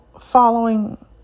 following